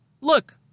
look